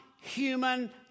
human